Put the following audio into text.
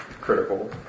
critical